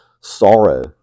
sorrow